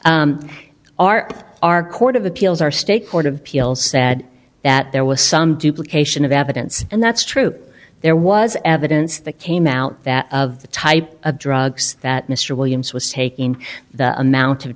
our our court of appeals our state court of appeals said that there was some duplication of evidence and that's true there was evidence that came out that of the type of drugs that mr williams was taking the amount of